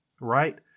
right